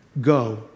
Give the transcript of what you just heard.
Go